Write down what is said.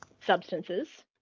substances